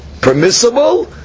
permissible